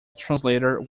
translator